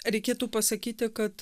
reikėtų pasakyti kad